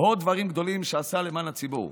ועוד דברים גדולים שעשה למען הציבור.